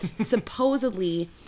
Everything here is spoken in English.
supposedly